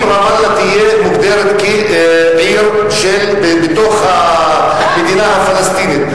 אם רמאללה תהיה מוגדרת כעיר בתוך המדינה הפלסטינית,